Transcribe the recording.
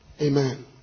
Amen